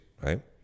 right